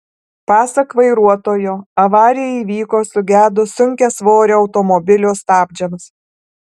pasak vairuotojo avarija įvyko sugedus sunkiasvorio automobilio stabdžiams